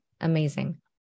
Amazing